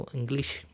English